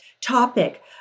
topic